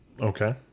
Okay